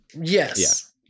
Yes